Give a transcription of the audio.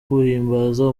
guhimbaza